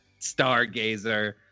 Stargazer